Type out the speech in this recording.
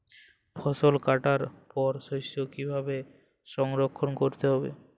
ফসল কাটার পর শস্য কীভাবে সংরক্ষণ করতে হবে?